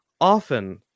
often